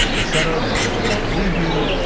etc. then people don't believe you.